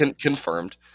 confirmed